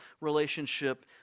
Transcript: relationship